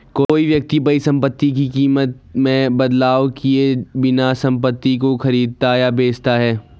कोई व्यक्ति परिसंपत्ति की कीमत में बदलाव किए बिना संपत्ति को खरीदता या बेचता है